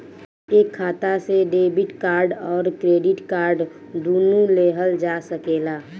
एक खाता से डेबिट कार्ड और क्रेडिट कार्ड दुनु लेहल जा सकेला?